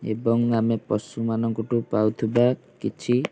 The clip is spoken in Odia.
ଏବଂ ଆମେ ପଶୁ ମାନଙ୍କଠୁ ପାଉଥିବା କିଛି